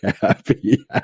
Happy